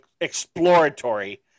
exploratory